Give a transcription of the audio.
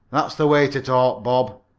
that's the way to talk, bob,